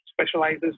specializes